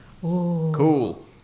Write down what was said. Cool